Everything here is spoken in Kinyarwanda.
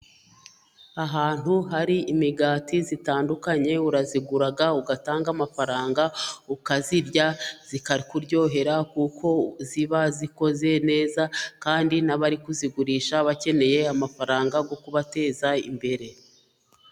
Ahantu hari imigati itandukanye, urayigura ugatanga amafaranga, ukayirya, ikakuryohera, kuko iba ikoze neza, kandi n'abari kuyigurisha bakeneye amafaranga, yo kubateza imbere.